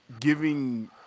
giving